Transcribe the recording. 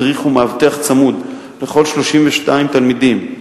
מדריך ומאבטח צמוד לכל 32 תלמידים.